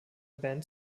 band